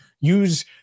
Use